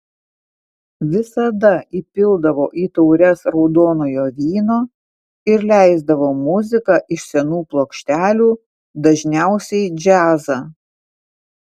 visada įpildavo į taures raudonojo vyno ir leisdavo muziką iš senų plokštelių dažniausiai džiazą